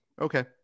Okay